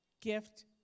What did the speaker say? gift